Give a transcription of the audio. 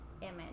image